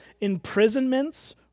imprisonments